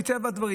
מטבע הדברים,